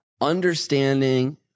understanding